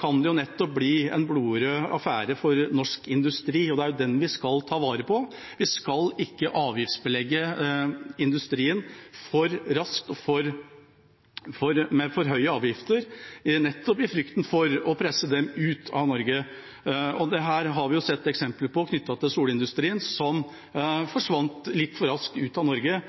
kan det nettopp bli en blodrød affære for norsk industri, og det er jo den vi skal ta vare på. Vi skal ikke avgiftsbelegge industrien for raskt, med for høye avgifter – nettopp i frykt for å presse den ut av Norge. Dette har vi sett eksempler på knyttet til solindustrien, som forsvant litt for raskt ut av Norge,